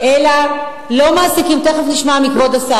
זה נכון?